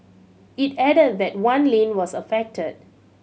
it added that one lane was affected